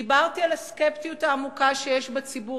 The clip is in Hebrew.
דיברתי על הסקפטיות העמוקה שיש בציבור